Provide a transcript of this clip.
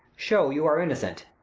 shew you are innocent.